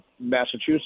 Massachusetts